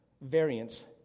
variants